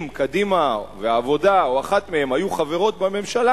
אם קדימה והעבודה, או אחת מהן, היו חברות בממשלה,